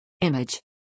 Image